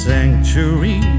Sanctuary